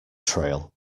trail